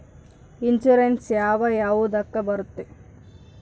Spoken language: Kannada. ಇನ್ಶೂರೆನ್ಸ್ ಯಾವ ಯಾವುದಕ್ಕ ಬರುತ್ತೆ?